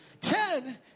Ten